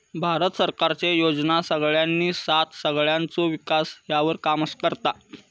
भारत सरकारचे योजना सगळ्यांची साथ सगळ्यांचो विकास ह्यावर काम करता